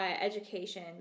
education